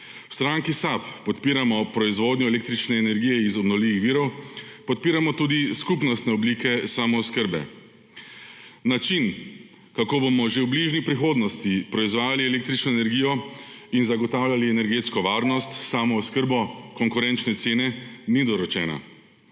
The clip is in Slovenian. V Stranki SAB podpiramo proizvodnjo električne energije iz obnovljivih virov, podpiramo tudi skupnostne oblike samooskrbe. Način, kako bomo že v bližnji prihodnosti proizvajali električno energijo in zagotavljali energetsko varnost, samooskrbo, konkurenčne cene, ni dorečen.